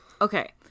Okay